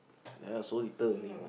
ya so little only